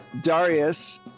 Darius